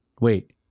Wait